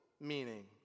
meaning